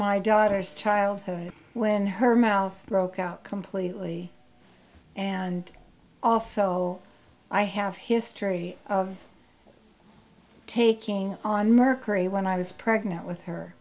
my daughter's childhood when her mouth broke out completely and also i have history of taking on mercury when i was pregnant with her